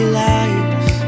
lies